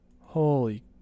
Holy